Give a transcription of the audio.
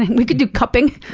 we could do cupping.